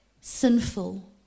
sinful